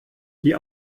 die